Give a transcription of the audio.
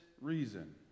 reason